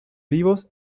vivos